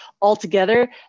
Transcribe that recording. altogether